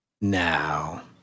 Now